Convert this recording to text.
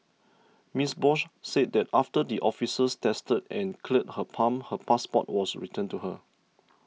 Miss Bose said that after the officers tested and cleared her pump her passport was returned to her